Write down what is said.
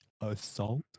Assault